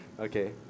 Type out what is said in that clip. Okay